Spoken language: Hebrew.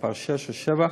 מספר שש או שבע.